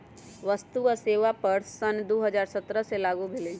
वस्तु आ सेवा कर सन दू हज़ार सत्रह से लागू भेलई